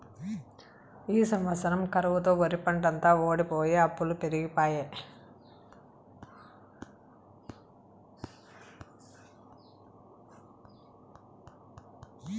ఈ సంవత్సరం కరువుతో ఒరిపంటంతా వోడిపోయె అప్పులు పెరిగిపాయె